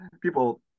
People